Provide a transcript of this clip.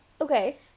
okay